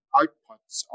outputs